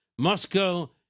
Moscow